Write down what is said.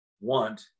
want